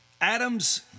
Adams